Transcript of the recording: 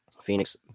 Phoenix